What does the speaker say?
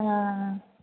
हा